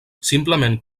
simplement